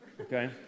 Okay